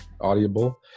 audible